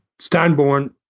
Steinborn